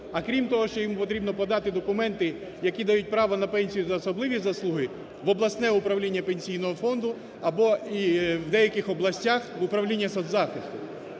а крім того, ще йому потрібно подати документи, які дають право на пенсію за особливі заслуги, в обласне управління Пенсійного фонду або в деяких областях – в управління соцзахисту.